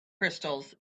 crystals